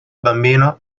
bambino